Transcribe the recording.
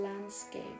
landscape